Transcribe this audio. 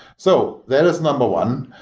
so there is number one.